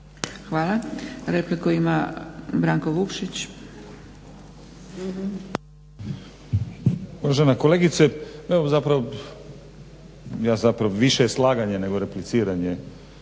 (SDP)** Repliku ima Branko Vukšić.